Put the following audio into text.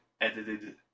edited